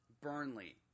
Burnley